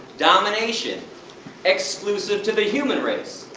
domination exclusive to the human race?